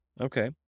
Okay